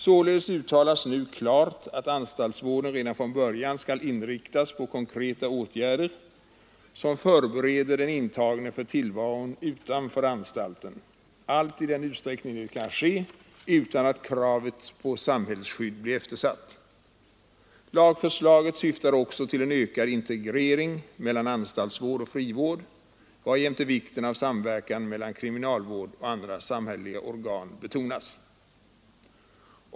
Således uttalas nu klart att anstaltsvården redan från början skall inriktas på konkreta åtgärder, som förbereder den intagne för tillvaron utanför anstalten — allt i den utsträckning det kan ske utan att kravet på samhällsskydd blir eftersatt. Lagförslaget syftar även till en ökad integrering mellan anstaltsvård och frivård, varjämte vikten av samverkan mellan kriminalvård och andra samhälleliga organ betonas.